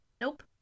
Nope